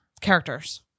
characters